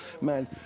Man